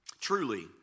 Truly